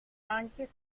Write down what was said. anche